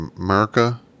America